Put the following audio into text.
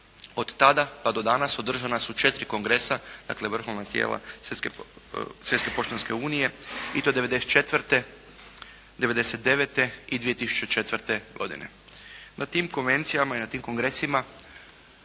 od tada pa do danas održana su 4 kongresa, dakle vrhovna tijela Svjetske poštanske unije i to '94., '99. i 2004. godine. Na tim konvencijama i na tim kongresima